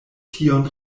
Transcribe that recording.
tion